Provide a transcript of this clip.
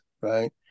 right